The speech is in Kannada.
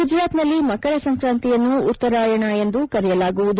ಗುಜರಾತ್ನಲ್ಲಿ ಮಕರ ಸಂಕ್ರಾಂತಿಯನ್ನು ಉತ್ತರಾಯಣ ಎಂದು ಕರೆಯಲಾಗುವುದು